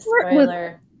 spoiler